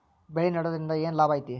ಬೆಳೆ ನೆಡುದ್ರಿಂದ ಏನ್ ಲಾಭ ಐತಿ?